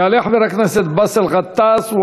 יעלה חבר הכנסת באסל גטאס,